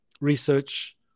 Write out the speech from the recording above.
research